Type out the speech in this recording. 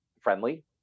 friendly